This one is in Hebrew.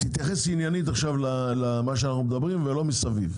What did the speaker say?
אני מבקש שתתייחס עניינית למה שאנחנו מדברים עכשיו ולא מסביב.